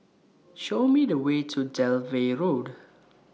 Show Me The Way to Dalvey Road